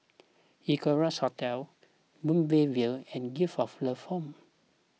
Equarius Hotel Moonbeam View and Gift of Love Home